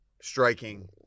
striking